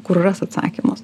kur ras atsakymus